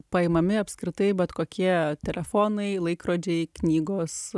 paimami apskritai bet kokie telefonai laikrodžiai knygos